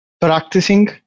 Practicing